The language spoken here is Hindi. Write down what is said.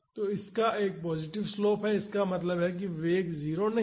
तो इसका एक पॉजिटिव स्लोप है इसका मतलब है कि वेग 0 नहीं है